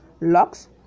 locks